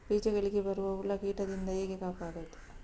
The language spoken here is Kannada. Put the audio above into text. ಬೀಜಗಳಿಗೆ ಬರುವ ಹುಳ, ಕೀಟದಿಂದ ಹೇಗೆ ಕಾಪಾಡುವುದು?